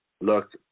look